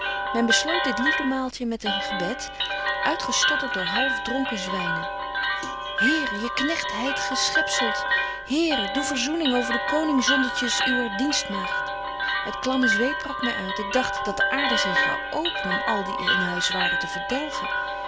men besloot dit liefde maaltje met een gebed uitgestottert door half dronken zwynen here je knegt heit geschepzelt here doe verzoening over de koningszondetjes uwer dienstmaagd het klamme zweet brak my uit ik dagt dat de aarde zich zou openen om al die in huis waren te verdelgen